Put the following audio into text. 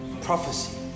prophecy